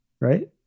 right